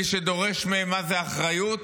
מי שדורש מהם מה זאת אחריות,